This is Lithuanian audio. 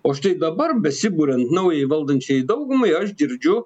o štai dabar besiburiant naujai valdančiajai daugumai aš girdžiu